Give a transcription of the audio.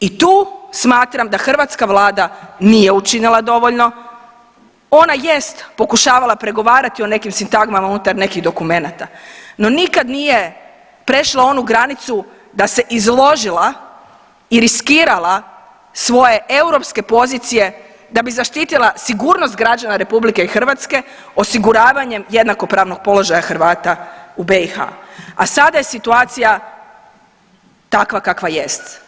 I tu smatram da hrvatska Vlada nije učinila dovoljno ona jest pokušavala pregovarati o nekim sintagmama unutar nekih dokumenata, no nikad nije prešla onu granicu da se izložila i riskirala svoje europske pozicije da bi zaštitila sigurnost građana RH osiguravanjem jednakopravnog položaja Hrvata u BiH, a sada je situacija takva kakva jest.